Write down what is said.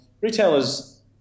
retailers